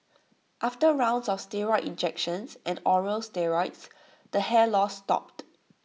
after rounds of steroid injections and oral steroids the hair loss stopped